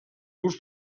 grups